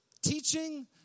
Teaching